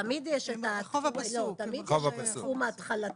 תמיד יש את הסכום ההתחלתי.